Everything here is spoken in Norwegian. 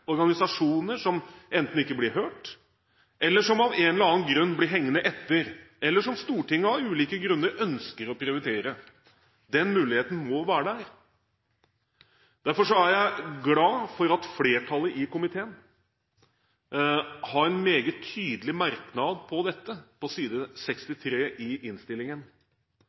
organisasjoner som enten ikke blir hørt, som av en eller annen grunn blir hengende etter, eller som Stortinget av ulike grunner ønsker å prioritere. Den muligheten må være der. Derfor er jeg glad for at flertallet i komiteen har en meget tydelig merknad om dette, på side 63 i innstillingen.